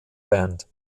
band